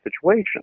situation